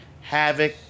Havoc